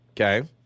Okay